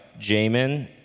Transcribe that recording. Jamin